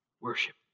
Worship